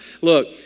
look